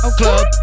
club